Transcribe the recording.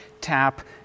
tap